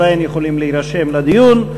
עדיין יכולים להירשם לדיון,